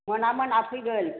मोना मोना फैगोन